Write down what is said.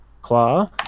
claw